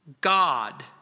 God